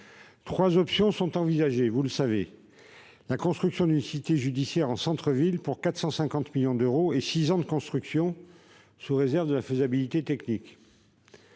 Trois options sont envisagées pour la construction d'une cité judiciaire : sur un site en centre-ville pour 450 millions d'euros et six ans de construction, sous réserve de la faisabilité technique